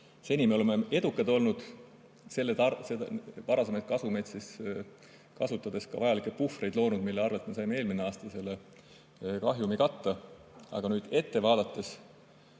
Seni me oleme edukad olnud, varasemaid kasumeid kasutades ka vajalikke puhvreid loonud, mille arvel me saime eelmisel aastal selle kahjumi katta. Aga nüüd ette vaadates